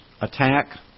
attack